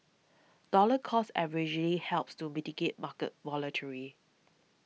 dollar cost averaging helps to mitigate market